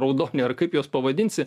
raudoni ar kaip juos pavadinsi